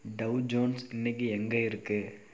tau Jones இன்றைக்கு எங்கே இருக்குது